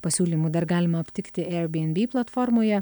pasiūlymų dar galima aptikti ėr byenby platformoje